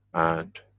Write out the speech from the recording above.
and,